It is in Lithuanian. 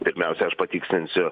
pirmiausia aš patikslinsiu